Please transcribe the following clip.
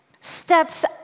steps